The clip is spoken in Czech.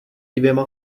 dvěma